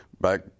back